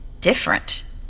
Different